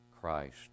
Christ